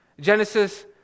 Genesis